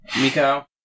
Miko